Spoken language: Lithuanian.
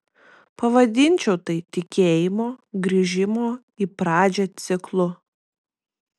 pavadinčiau tai tikėjimo grįžimo į pradžią ciklu